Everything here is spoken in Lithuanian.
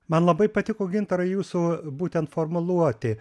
man labai patiko gintarai jūsų būtent formuluotė